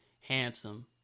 handsome